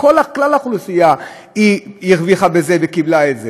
כלל האוכלוסייה הרוויחה מזה וקיבלה את זה.